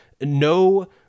no